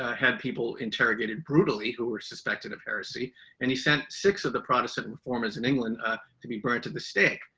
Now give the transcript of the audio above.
ah had people interrogated brutally who were suspected of heresy and he sent six of the protestant and reformers in england ah to be burned to the stake.